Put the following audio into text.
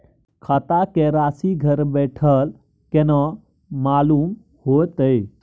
खाता के राशि घर बेठल केना मालूम होते?